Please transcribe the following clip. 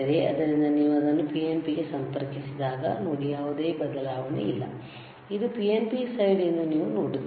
ಆದ್ದರಿಂದ ನೀವು ಅದನ್ನು PNP ಗೆ ಸಂಪರ್ಕಿಸಿದಾಗ ನೋಡಿ ಯಾವುದೇ ಬದಲಾವಣೆಯಿಲ್ಲ ಇದು PNP ಸೈಡ್ ಎಂದು ನೀವು ನೋಡುತ್ತೀರಿ